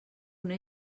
una